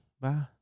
Bye